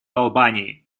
албании